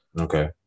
Okay